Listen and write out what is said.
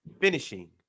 finishing